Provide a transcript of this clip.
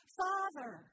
father